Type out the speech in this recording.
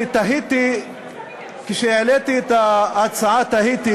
כשהעליתי את ההצעה תהיתי,